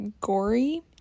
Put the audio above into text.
gory